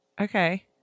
Okay